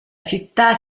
città